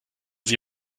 sie